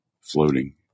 floating